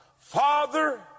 Father